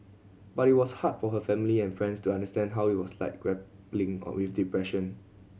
but it was hard for her family and friends to understand how it was like grappling on with depression